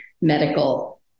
medical